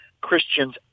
Christians